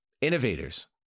innovators